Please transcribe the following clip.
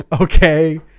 okay